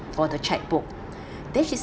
for the cheque book then she